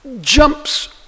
jumps